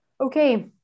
Okay